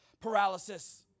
paralysis